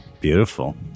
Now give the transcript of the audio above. Beautiful